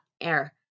Air